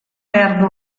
behar